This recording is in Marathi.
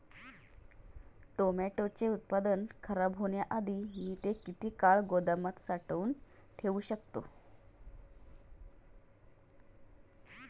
टोमॅटोचे उत्पादन खराब होण्याआधी मी ते किती काळ गोदामात साठवून ठेऊ शकतो?